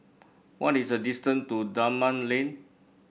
what is the distance to Dunman Lane